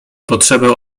potrzebę